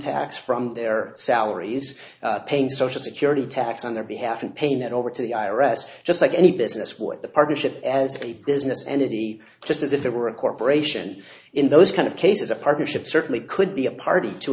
tax from their salaries paying social security tax on their behalf and paying that over to the i r s just like any business what the partnership as a business entity just as if it were a corporation in those kind of cases a partnership certainly could be a party to